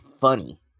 funny